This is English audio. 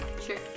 Sure